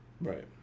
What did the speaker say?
Right